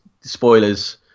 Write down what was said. spoilers